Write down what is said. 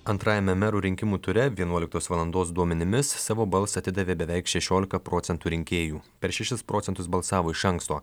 antrajame merų rinkimų ture vienuoliktos valandos duomenimis savo balsą atidavė beveik šešiolika procentų rinkėjų per šešis procentus balsavo iš anksto